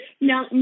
Now